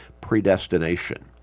predestination